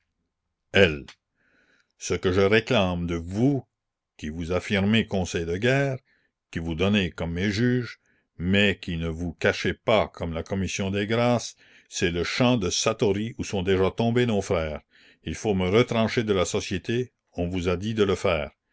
ce que je réclame de vous qui vous affirmez conseil de guerre qui vous donnez comme mes juges mais qui ne vous cachez pas comme la commission des grâces c'est le champ de satory où sont déjà tombés la commune nos frères il faut me retrancher de la société on vous a dit de le faire